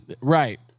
Right